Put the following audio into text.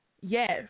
Yes